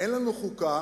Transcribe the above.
אין לנו חוקה,